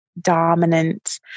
dominant